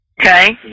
Okay